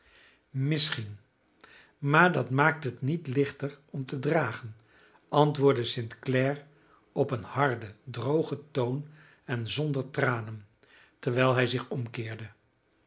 misschien maar dat maakt het niet lichter om te dragen antwoordde st clare op een harden drogen toon en zonder tranen terwijl hij zich omkeerde